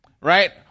right